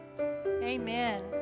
Amen